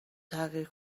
تغییر